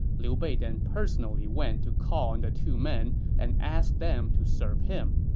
liu bei then personally went to call on the two men and asked them to serve him.